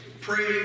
pray